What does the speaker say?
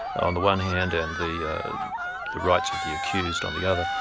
on the one hand, and the the rights of the accused on the other.